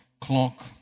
clock